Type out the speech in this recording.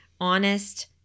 honest